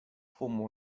父母